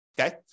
okay